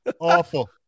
Awful